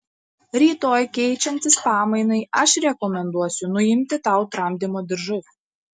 rytoj keičiantis pamainai aš rekomenduosiu nuimti tau tramdymo diržus